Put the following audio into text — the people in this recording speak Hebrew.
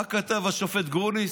מה כתב השופט גרוניס?